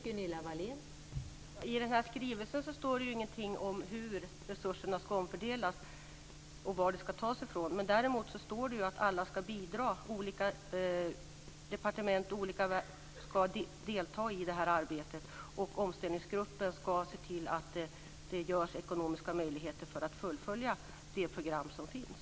Fru talman! I skrivelsen står det ingenting om hur resurserna ska omfördelas och varifrån det hela ska tas. Däremot står det att olika departement och verk ska delta i det här arbetet, och Omställningsgruppen ska se till att det åstadkoms ekonomiska möjligheter att fullfölja det program som finns.